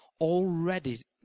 already